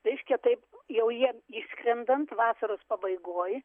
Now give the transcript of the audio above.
reiškia taip jau jiem išskrendant vasaros pabaigoj